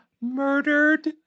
murdered